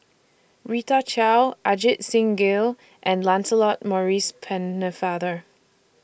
Rita Chao Ajit Singh Gill and Lancelot Maurice Pennefather